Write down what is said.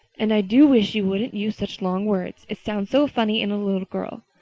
and i do wish you wouldn't use such long words. it sounds so funny in a little girl.